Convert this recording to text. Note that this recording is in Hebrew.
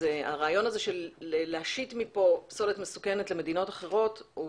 הרעיון הזה להעביר מכאן פסולת מסוכנת למדינות אחרות,